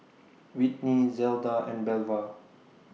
Whitney Zelda and Belva